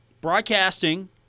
Broadcasting